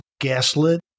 gaslit